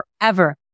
forever